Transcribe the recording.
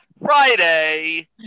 Friday